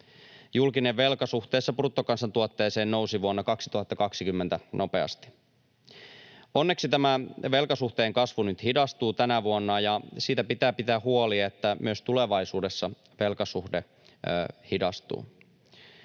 Julkinen velka suhteessa bruttokansantuotteeseen nousi vuonna 2020 nopeasti. Onneksi tämä velkasuhteen kasvu nyt hidastuu tänä vuonna, ja siitä pitää pitää huoli, että myös tulevaisuudessa velkasuhde hidastuu.